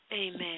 Amen